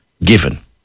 given